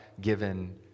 given